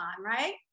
right